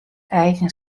eigen